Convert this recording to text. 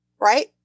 right